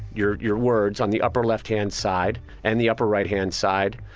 your your words, on the upper left-hand side and the upper right-hand side.